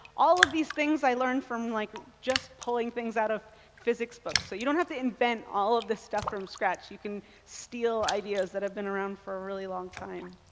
all of these things i learned from, like, just pulling things out of physics books. so you don't have to invent all of this stuff from scratch. you can steal ideas that have been around for a really long time.